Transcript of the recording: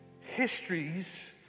histories